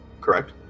Correct